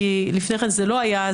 כי לפני כן זה לא היה,